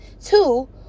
Two